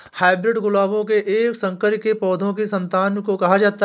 hybrid गुलाबों के एक संकर के पौधों की संतान को कहा जाता है